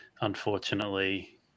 unfortunately